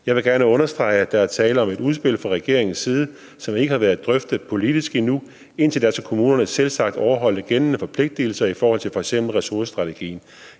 Jeg vil gerne understrege, at der er tale om et udspil fra regeringens side, som ikke har været drøftet politisk endnu. Indtil da skal kommunerne selvsagt overholde gældende forpligtelser i forhold til f.eks. ressourcestrategien.